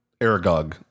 Aragog